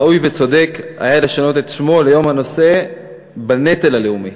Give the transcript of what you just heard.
ראוי וצודק היה לשנות את שמו ל"יום הנושאים בנטל הלאומי".